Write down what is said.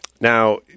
now